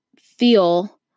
feel